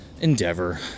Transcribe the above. endeavor